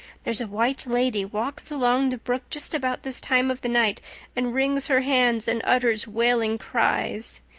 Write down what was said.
there's a white lady walks along the brook just about this time of the night and wrings her hands and utters wailing cries.